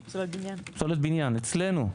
אצלנו,